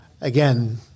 Again